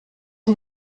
sie